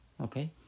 okay